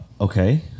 Okay